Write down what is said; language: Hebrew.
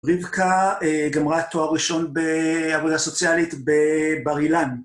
רבקה, גמרה תואר ראשון בעבודה סוציאלית בבר אילן.